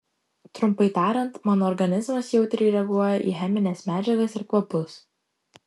trumpai tariant mano organizmas jautriai reaguoja į chemines medžiagas ir kvapus